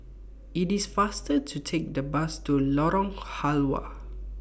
IT IS faster to Take The Bus to Lorong Halwa